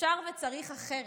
אפשר וצריך אחרת.